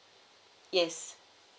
yes